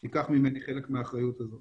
בחלק ניכר מהעומסים, וזאת